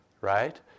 right